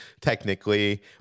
technically